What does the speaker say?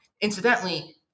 Incidentally